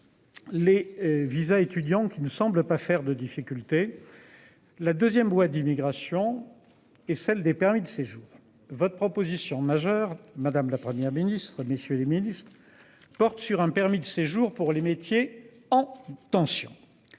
Les visas étudiants qui ne semble pas faire de difficultés. La 2ème loi d'immigration et celle des permis de séjour. Votre proposition majeure madame, la Première ministre, messieurs les Ministres. Porte sur un permis de séjour pour les métiers en tension.